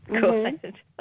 Good